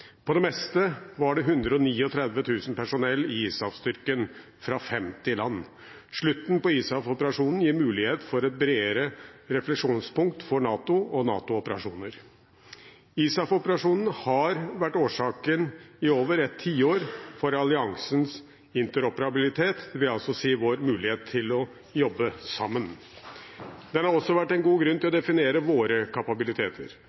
På det meste var det 139 000 personell i ISAF-styrken, fra 50 land. Slutten på ISAF-operasjonen gir mulighet for et bredere refleksjonspunkt for NATO og NATO-operasjoner. ISAF-operasjonen har i over et tiår vært årsaken til alliansens interoperabilitet, det vil si vår mulighet til å jobbe sammen. Den har også vært en god grunn til å definere våre kapabiliteter,